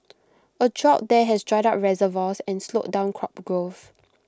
A drought there has dried up reservoirs and slowed down crop growth